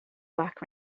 black